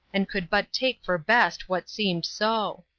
and could but take for best what seemed so.